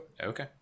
okay